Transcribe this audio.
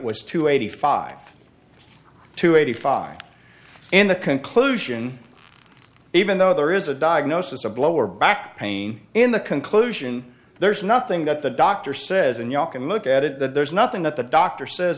was to eighty five to eighty five and the conclusion even though there is a diagnosis a blower back pain in the conclusion there's nothing that the doctor says and you all can look at it that there's nothing that the doctor says